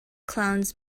clowns